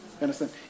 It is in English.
Understand